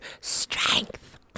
strength